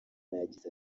yagize